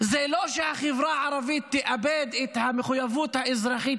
זה לא שהחברה הערבית תאבד את המחויבות האזרחית